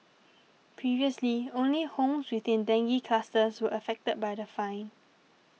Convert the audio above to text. previously only homes within dengue clusters were affected by the fine